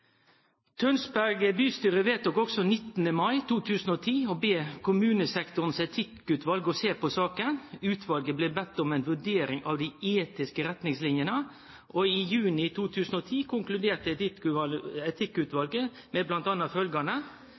Tønsberg kommune vedtok 19. mai 2010 å be Kommunesektorens Etikkutvalg om å se på saken. Utvalget ble bedt om en vurdering av de etiske retningslinjene. I juni 2010 konkluderte Etikkutvalget med bl.a. følgende,